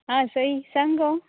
आं सई सांग गो